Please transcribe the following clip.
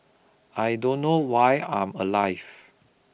I don't know why I'm alive